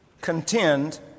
contend